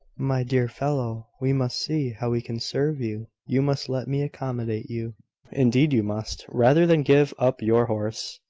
my dear fellow, we must see how we can serve you. you must let me accommodate you indeed you must rather than give up your horse.